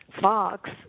Fox